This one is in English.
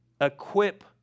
equip